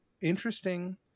interesting